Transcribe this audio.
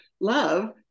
love